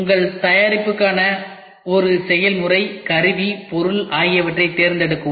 உங்கள் தயாரிப்புக்கான ஒரு செயல்முறை கருவி பொருள் ஆகியவற்றைத் தேர்ந்தெடுக்கவும்